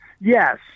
Yes